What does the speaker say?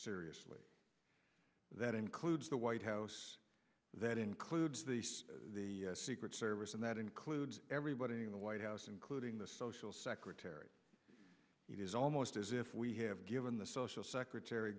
seriously that includes the white house that includes the secret service and that includes everybody in the white house including the social secretary it is almost as if we have given the social secretary